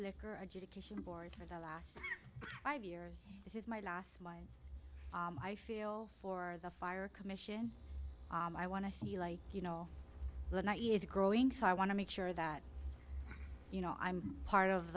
liquor education board for the last five years this is my last my i feel for the fire commission i want to see like you know the night is growing so i want to make sure that you know i'm part of